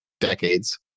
decades